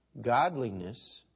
Godliness